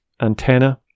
antenna